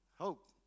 Hope